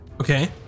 Okay